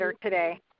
today